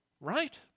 right